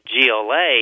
GLA